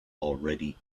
already